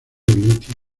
litio